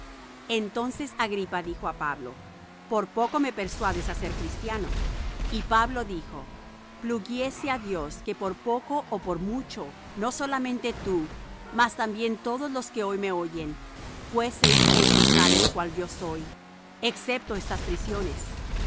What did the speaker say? entonces agripa dijo á pablo por poco me persuades á ser cristiano y pablo dijo pluguiese á dios que por poco ó por mucho no solamente tú mas también todos los que hoy me oyen fueseis hechos tales cual yo soy excepto estas prisiones